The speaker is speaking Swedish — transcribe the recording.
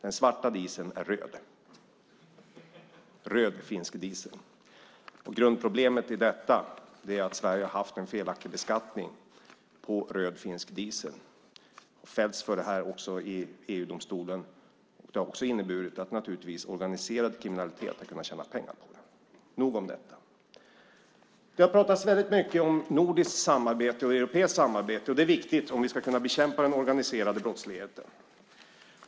Den svarta dieseln är röd - röd finsk diesel. Grundproblemet är att Sverige har haft en felaktig beskattning på röd finsk diesel, och Sverige har fällts för det i EU:s domstol. Det har också inneburit att organiserad kriminalitet naturligtvis har tjänat pengar på det. Nog om detta. Det har pratats mycket om nordiskt samarbete och europeiskt samarbete. Det är viktigt om vi ska bekämpa den organiserade brottsligheten.